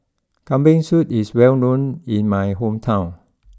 Kambing Soup is well known in my hometown